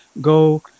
go